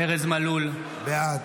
תוציאו אותו, בבקשה.